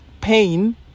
pain